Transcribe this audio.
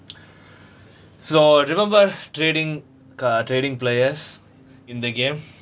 so remember trading uh trading players in the game